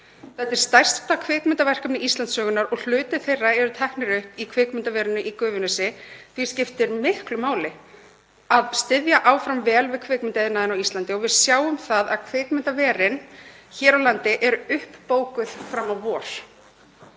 Þetta er stærsta kvikmyndaverkefni Íslandssögunnar og hluti þáttaraðarinnar er tekinn upp í kvikmyndaverinu í Gufunesi. Því skiptir miklu máli að styðja áfram vel við kvikmyndaiðnaðinn á Íslandi. Við sjáum það að kvikmyndaverin hér á landi eru uppbókuð fram á vor